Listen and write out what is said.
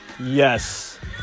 Yes